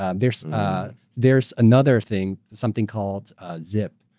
um there's there's another thing, something called zip.